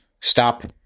stop